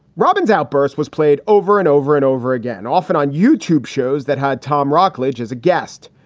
robin's outburst was played over and over and over again, often on youtube shows that had tom rockledge as a guest.